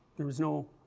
there, was no